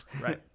right